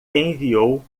enviou